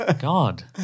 God